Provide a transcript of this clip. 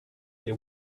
they